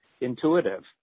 intuitive